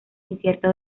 incierta